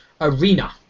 Arena